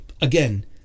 again